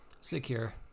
Secure